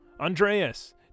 Andreas